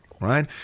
Right